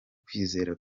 kwizera